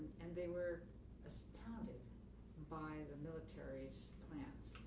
and they were astounded by the military's plans.